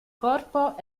corpo